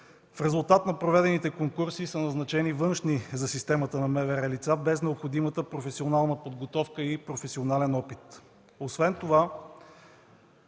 в резултат на проведените конкурси са назначени външни за системата на МВР лица, без необходимата професионална подготовка и професионален опит.